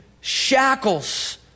shackles